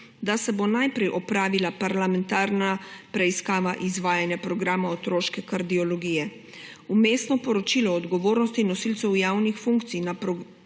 da se bo najprej opravila parlamentarna preiskava izvajanje programov otroške kardiologije. Vmesno poročilo o odgovornosti nosilcev javnih funkcij